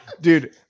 Dude